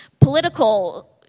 political